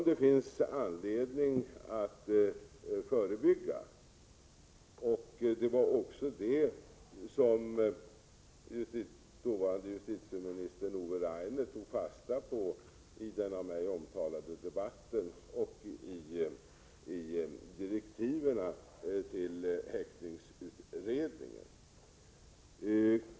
Det finns anledning att förebygga sådant. Det var också det som dåvarande justitieministern Ove Rainer tog fasta på i den av mig omtalade debatten och i direktiven till häktningsutredningen.